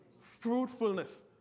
fruitfulness